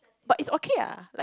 but it's okay ah like